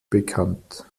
bekannt